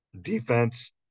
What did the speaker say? defense